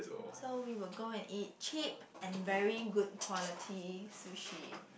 so we were go and eat cheap and very good quality sushi